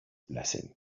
blessing